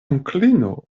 onklino